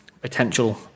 potential